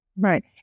Right